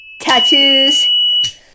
tattoos